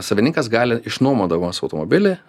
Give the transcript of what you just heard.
savininkas gali išnuomodamas automobilį